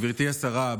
גברתי השרה,